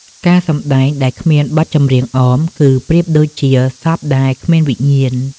ការសម្ដែងដែលគ្មានបទចម្រៀងអម គឺប្រៀបដូចជាសពដែលគ្មានវិញ្ញាណ។